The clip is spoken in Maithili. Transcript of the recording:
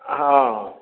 हॅं